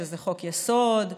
שזה חוק-יסוד,